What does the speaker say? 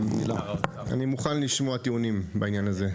אני מוכן לשמוע טיעונים בעניין הזה.